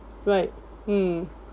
right mm